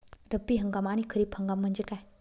रब्बी हंगाम आणि खरीप हंगाम म्हणजे काय?